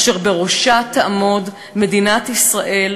אשר בראשה תעמוד מדינת ישראל,